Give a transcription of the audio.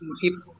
people